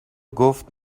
گفت